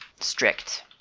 strict